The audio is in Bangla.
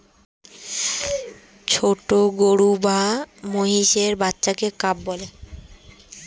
ছোট গরু বা মহিষের বাচ্চাকে কাফ বলে